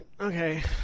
Okay